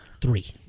Three